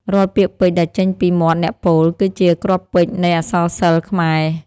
រាល់ពាក្យពេចន៍ដែលចេញពីមាត់អ្នកពោល គឺជាគ្រាប់ពេជ្រនៃអក្សរសិល្ប៍ខ្មែរ។